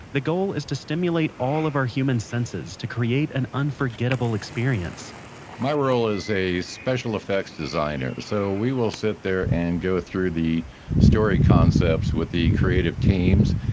the goal is to stimulate all of our human senses to create an unforgettable experience my role is a special effects designer. so we will sit there and go through the story concepts with the creative teams,